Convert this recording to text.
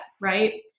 right